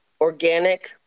organic